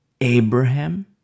abraham